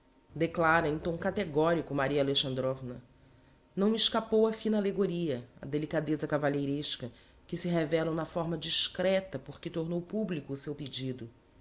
em tom categorico maria alexandrovna não me escapou a fina alegoria a delicadeza cavalheiresca que se revelam na forma discreta por que tornou publico o seu pedido